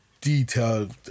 detailed